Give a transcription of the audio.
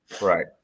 Right